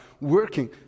working